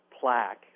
plaque